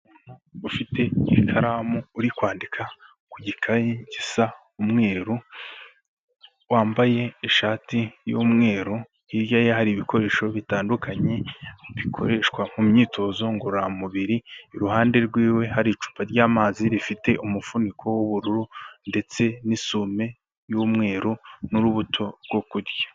Ufite ikaramu uri kwandika ku gikayi gisa umweru wambaye ishati y'umweru, hirya ye hari ibikoresho bitandukanye bikoreshwa mu myitozo ngororamubiri, iruhande rw'iwe hari icupa ry'amazi rifite umufuniko w'ubururu ndetse n'isume y'umweru n'urubuto rwo kurya.